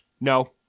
No